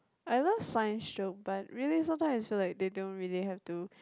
I love science show but really sometime I feel like they don't have to